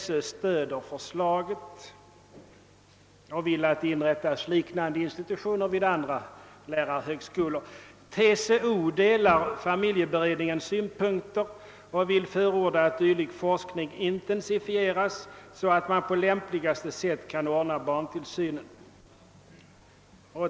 SÖ stöder förslaget men vill göra det tillägget att liknande institutioner bör inrättas vid andra lärarhögskolor. TCO delar familjeberedningens synpunkter och förordar att dylik forskning intensifieras så att man på lämp ligaste sätt kan ordna barntillsynen.